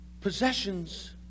possessions